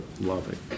loving